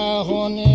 have on